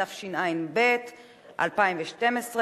התשע"ב 2012,